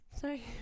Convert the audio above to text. sorry